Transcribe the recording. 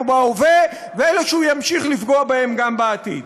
בהווה ואלה שהוא ימשיך לפגוע בהם גם בעתיד.